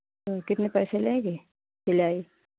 तो कितने पैसे लेंगी सिलाई